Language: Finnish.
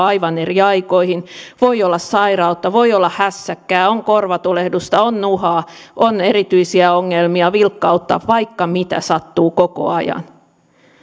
aivan eri aikoihin voi olla sairautta voi olla hässäkkää on korvatulehdusta on nuhaa on erityisiä ongelmia vilkkautta vaikka mitä sattuu koko ajan